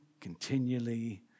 continually